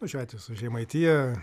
nu šiuo atveju su žemaitija